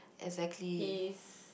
exactly